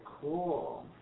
cool